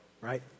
Right